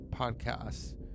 podcasts